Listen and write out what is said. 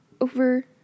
over